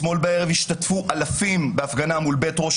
אתמול בערב השתתפו אלפים בהפגנה מול בית ראש